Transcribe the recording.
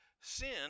sin